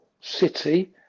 City